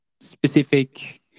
specific